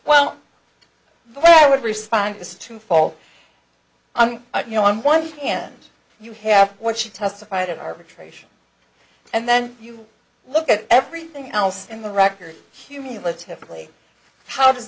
well the way i would respond is to fall on you know on one hand you have what she testified of arbitration and then you look at everything else in the record humility to play how d